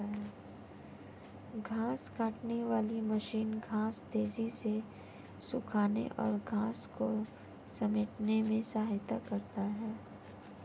घांस काटने वाली मशीन घांस तेज़ी से सूखाने और घांस को समेटने में सहायता करता है